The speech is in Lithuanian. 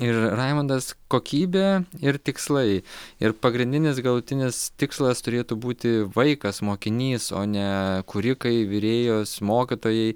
ir raimundas kokybė ir tikslai ir pagrindinis galutinis tikslas turėtų būti vaikas mokinys o ne kūrikai virėjos mokytojai